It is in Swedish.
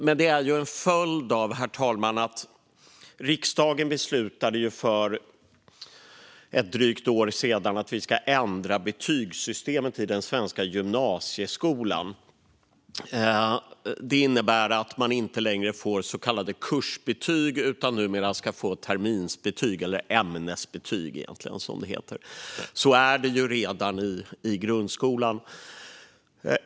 Men de är en följd av att riksdagen för drygt ett år sedan beslutade att vi ska ändra betygssystemet i den svenska gymnasieskolan. Det innebär att man inte längre får så kallade kursbetyg utan terminsbetyg, eller ämnesbetyg. Så är det redan i grundskolan.